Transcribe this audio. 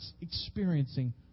experiencing